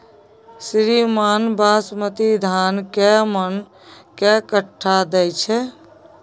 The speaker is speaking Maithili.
श्रीमान बासमती धान कैए मअन के कट्ठा दैय छैय?